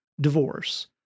divorce